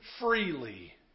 freely